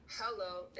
hello